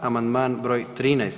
Amandman broj 13.